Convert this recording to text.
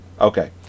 okay